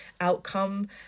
outcome